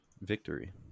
Victory